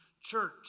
church